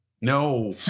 No